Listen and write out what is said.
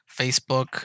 Facebook